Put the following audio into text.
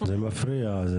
זה מפריע.